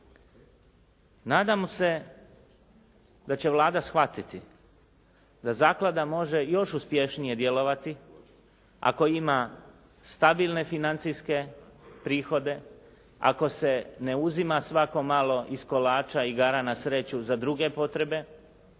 Nadamo se da će Vlada shvatiti da zaklada može još uspješnije djelovati ako ima stabilne financijske prihode, ako se ne uzima svako malo iz kolača i igara na sreću za druge potrebe,